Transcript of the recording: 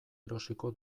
erosiko